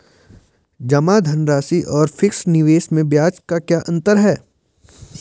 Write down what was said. जमा धनराशि और फिक्स निवेश में ब्याज का क्या अंतर है?